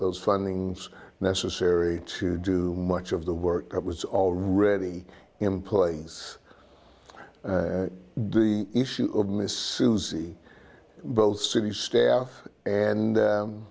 those findings necessary to do much of the work that was already in place and the issue of miss susie both city staff and